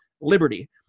liberty